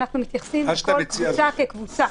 אנחנו מתייחסים לכל קבוצה כקבוצה.